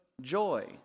joy